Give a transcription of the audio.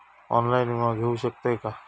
Online विमा घेऊ शकतय का?